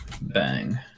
Bang